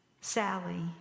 Sally